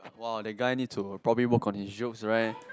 !wow! that guy need to probably work on his jokes right